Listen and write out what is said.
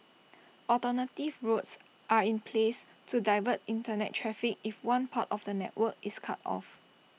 alternative routes are in place to divert Internet traffic if one part of the network is cut off